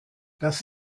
das